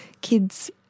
kids